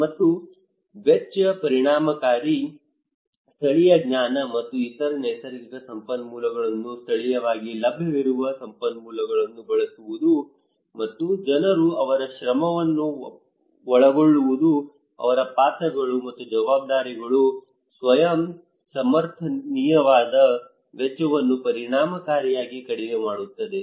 ಮತ್ತು ವೆಚ್ಚ ಪರಿಣಾಮಕಾರಿ ಸ್ಥಳೀಯ ಜ್ಞಾನ ಮತ್ತು ಇತರ ನೈಸರ್ಗಿಕ ಸಂಪನ್ಮೂಲಗಳನ್ನು ಸ್ಥಳೀಯವಾಗಿ ಲಭ್ಯವಿರುವ ಸಂಪನ್ಮೂಲಗಳನ್ನು ಬಳಸುವುದು ಮತ್ತು ಜನರು ಅವರ ಶ್ರಮವನ್ನು ಒಳಗೊಳ್ಳುವುದು ಅವರ ಪಾತ್ರಗಳು ಮತ್ತು ಜವಾಬ್ದಾರಿಗಳು ಸ್ವಯಂ ಸಮರ್ಥನೀಯವಾದ ವೆಚ್ಚವನ್ನು ಪರಿಣಾಮಕಾರಿಯಾಗಿ ಕಡಿಮೆ ಮಾಡುತ್ತದೆ